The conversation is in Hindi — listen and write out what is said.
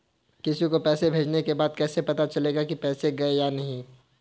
किसी को पैसे भेजने के बाद कैसे पता चलेगा कि पैसे गए या नहीं?